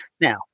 now